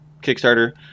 Kickstarter